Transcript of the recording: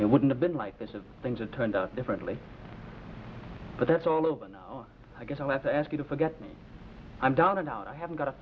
it wouldn't have been like this is things that turned out differently but that's all over now i guess i'll have to ask you to forget i'm down and out i haven't got a